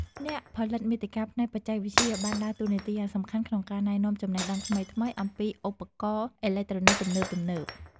អ្នកផលិតមាតិកាផ្នែកបច្ចេកវិទ្យាបានដើរតួនាទីយ៉ាងសំខាន់ក្នុងការណែនាំចំណេះដឹងថ្មីៗអំពីឧបករណ៍អេឡិចត្រូនិកទំនើបៗ។